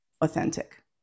authentic